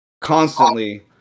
constantly